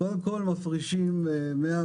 קודם כול מפרישים 104